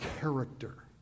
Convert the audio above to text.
character